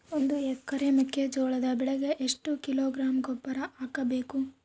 ಒಂದು ಎಕರೆ ಮೆಕ್ಕೆಜೋಳದ ಬೆಳೆಗೆ ಎಷ್ಟು ಕಿಲೋಗ್ರಾಂ ಗೊಬ್ಬರ ಹಾಕಬೇಕು?